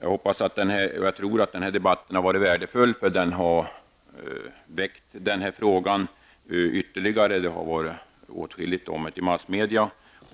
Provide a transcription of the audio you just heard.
Jag tror att den här debatten har varit värdefull, för den har aktualiserat denna fråga ytterligare; det har sagts åtskilligt om den i massmedia.